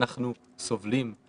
אנחנו סובלים.